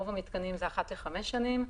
רוב המיתקנים זה אחת לחמש שנים,